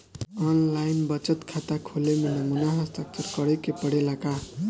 आन line बचत खाता खोले में नमूना हस्ताक्षर करेके पड़ेला का?